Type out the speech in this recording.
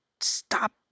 stop